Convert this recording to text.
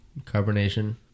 carbonation